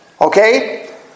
Okay